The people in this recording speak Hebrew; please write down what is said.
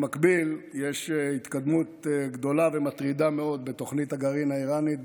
במקביל יש התקדמות גדולה ומטרידה מאוד בתוכנית הגרעין האיראנית,